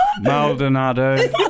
Maldonado